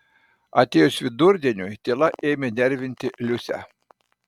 atėjus vidurdieniui tyla ėmė nervinti liusę